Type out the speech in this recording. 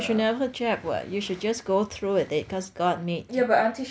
you should never jab [what] you should just go through with it because god made